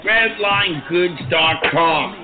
RedlineGoods.com